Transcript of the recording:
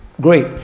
great